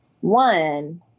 one